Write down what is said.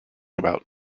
about